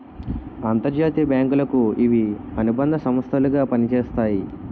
అంతర్జాతీయ బ్యాంకులకు ఇవి అనుబంధ సంస్థలు గా పనిచేస్తాయి